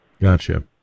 Gotcha